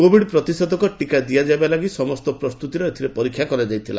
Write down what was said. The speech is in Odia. କୋବିଡ୍ ପ୍ରତିଷେଧକ ଦିଆଯିବା ଲାଗି ସମସ୍ତ ପ୍ରସ୍ତତିର ଏଥିରେ ପରୀକ୍ଷା କରାଯାଇଥିଲା